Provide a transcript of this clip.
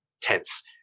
tense